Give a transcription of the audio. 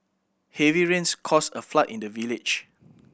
heavy rains caused a flood in the village